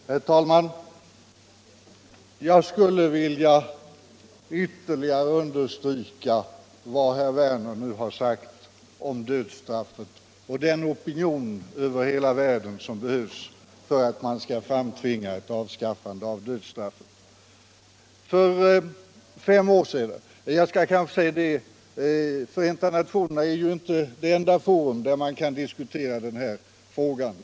Herr talman! Jag skulle vilja ytterligare understryka vad herr Werner i Malmö nu har sagt om dödsstraffet och den opinion över hela världen som behövs för att framtvinga ett avskaffande av dödsstraffet. Förenta nationerna är inte det enda forum där man kan diskutera den här frågan.